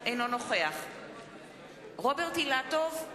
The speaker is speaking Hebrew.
אינו נוכח רוברט אילטוב,